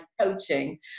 coaching